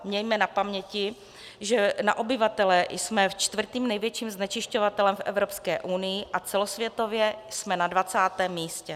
Mějme na paměti, že na obyvatele jsme čtvrtým největším znečišťovatelem v Evropské unii a celosvětově jsme na 20. místě.